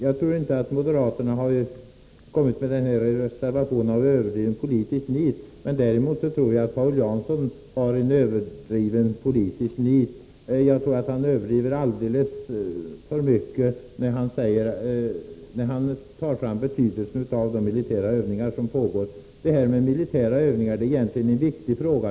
Jag tror inte att moderaterna har kommit med den här reservationen av överdrivet politiskt nit. Däremot tror jag att Paul Jansson har ett överdrivet politiskt nit. Jag tror att han överdriver alldeles för mycket när han tar fram betydelsen av de militära övningar som pågår. Frågan om militära övningar ären viktig fråga.